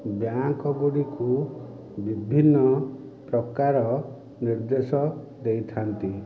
bank ଗୁଡ଼ିକୁ ବିଭିନ୍ନ ପ୍ରକାର ନିର୍ଦ୍ଦେଶ ଦେଇଥାନ୍ତି